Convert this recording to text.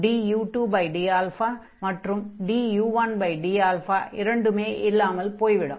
du2dα மற்றும் du1 dα இரண்டுமே இல்லாமல் போய்விடும்